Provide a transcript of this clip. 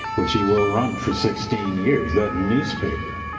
which he will run for sixteen years. that newspaper,